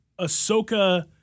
Ahsoka